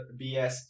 BS